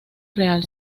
real